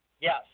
Yes